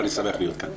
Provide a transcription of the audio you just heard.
אני שמח להיות כאן.